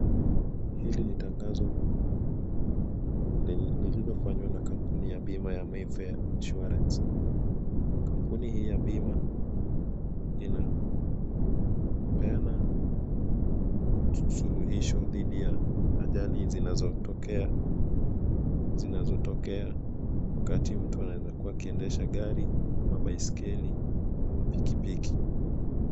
Hili ni tangazo lililofanywa na kampuni ya bima ya Mayfair Insurance. Kampuni hii ya bima inapeana suluhisho dhidi ya ajali zinazotokea, zinazotokea wakati mtu anaweza kuwa akiendesha gari ama baiskeli ama pikipiki.